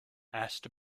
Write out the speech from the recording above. asked